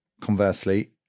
conversely